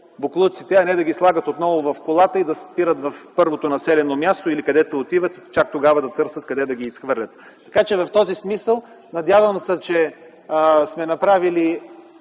боклуците си, а не да ги слагат отново в колата и да спират в първото населено място или където отиват и чак тогава да търсят къде да ги изхвърлят. В този смисъл, надявам се, че сме направили